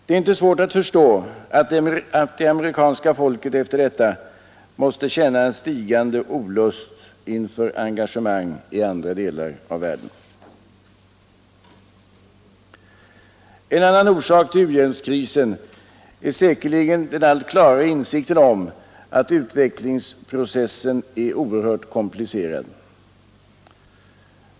Det är inte svårt att förstå att det amerikanska folket efter detta måste känna en stigande olust inför engagemang i andra delar av världen. En annan orsak i u-hjälpskrisen är säkerligen den allt klarare insikten om att utvecklingsprocessen är oerhört komplicerad.